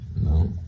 No